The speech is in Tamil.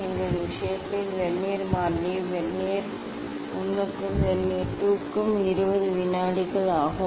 எங்கள் விஷயத்தில் வெர்னியர் மாறிலி வெர்னியர் 1 க்கும் வெர்னியர் 2 க்கும் 20 வினாடிகள் ஆகும்